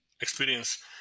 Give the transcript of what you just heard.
experience